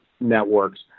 networks